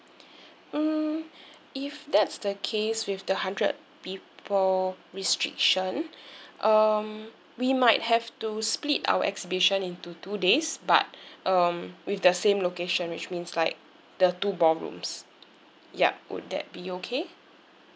mm if that's the case with the hundred people restriction um we might have to split our exhibition into two days but um with the same location which means like the two ballrooms yup would that be okay